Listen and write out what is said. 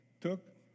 took